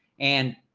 and